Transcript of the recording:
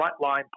frontline